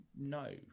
no